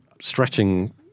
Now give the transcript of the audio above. stretching